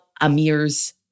Amir's